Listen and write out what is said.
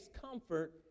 comfort